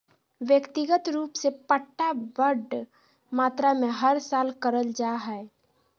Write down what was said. व्यक्तिगत रूप से पट्टा बड़ मात्रा मे हर साल करल जा हय